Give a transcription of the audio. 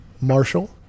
Marshall